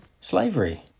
slavery